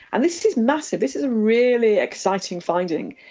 and this is massive. this is a really exciting finding,